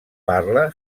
parla